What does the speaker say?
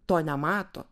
to nemato